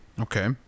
Okay